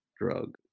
drug